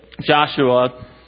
Joshua